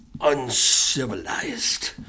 Uncivilized